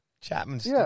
Chapman's